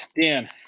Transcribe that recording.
Dan